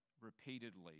repeatedly